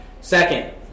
Second